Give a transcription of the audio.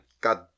God